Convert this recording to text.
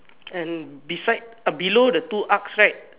and beside uh below the two arcs right